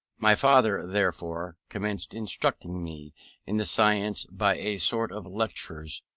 my father, therefore, commenced instructing me in the science by a sort of lectures,